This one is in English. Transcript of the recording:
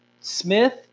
Smith